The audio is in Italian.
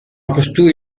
costui